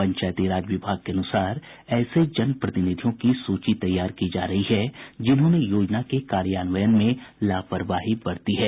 पंचायती राज विभाग के अनुसार ऐसे जनप्रतिनिधियों की सूची तैयार की जा रही है जिन्होंने योजना के कार्यान्वयन में लापरवाही बरती है